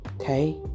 okay